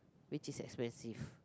which is expensive